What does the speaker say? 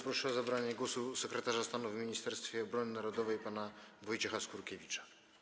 Proszę o zabranie głosu sekretarza stanu w Ministerstwie Obrony Narodowej pana Wojciecha Skurkiewicza.